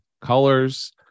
colors